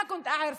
לא הכרתי אותו